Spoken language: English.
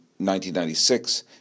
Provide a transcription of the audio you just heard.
1996